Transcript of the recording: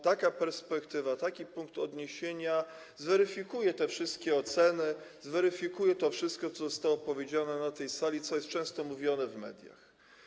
Taka perspektywa, taki punkt odniesienia zweryfikuje te wszystkie oceny, zweryfikuje to wszystko, co zostało powiedziane na tej sali, co jest często mówione w mediach.